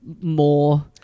more